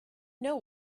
know